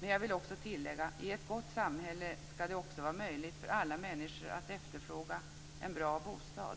Men jag vill också tillägga: I ett gott samhälle ska det också vara möjligt för alla människor att efterfråga en bra bostad.